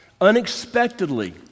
unexpectedly